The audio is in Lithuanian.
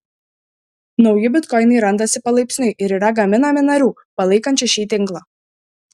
nauji bitkoinai randasi palaipsniui ir yra gaminami narių palaikančių šį tinklą